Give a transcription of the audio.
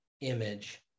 image